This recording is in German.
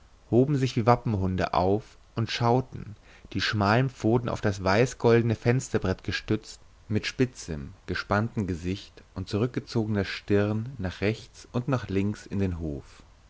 hoben sich wie wappenhunde auf und schauten die schmalen pfoten auf das weißgoldene fensterbrett gestützt mit spitzem gespanntem gesicht und zurückgezogener stirn nach rechts und nach links in den hof